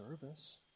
service